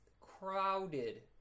crowded